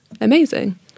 amazing